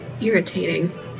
irritating